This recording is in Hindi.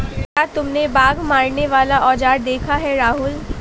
क्या तुमने बाघ मारने वाला औजार देखा है राहुल?